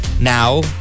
now